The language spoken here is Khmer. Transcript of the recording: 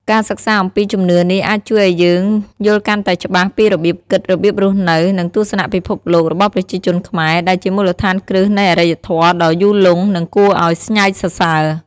ការសិក្សាអំពីជំនឿនេះអាចជួយឲ្យយើងយល់កាន់តែច្បាស់ពីរបៀបគិត របៀបរស់នៅ និង ទស្សនៈពិភពលោក របស់ប្រជាជនខ្មែរ ដែលជាមូលដ្ឋានគ្រឹះនៃអរិយធម៌ដ៏យូរលង់ និងគួរឲ្យស្ងើចសរសើរ។